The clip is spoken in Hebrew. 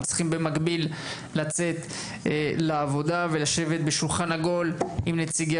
צריכים במקביל לצאת לעבודה ולשבת בשולחן עגול עם נציגי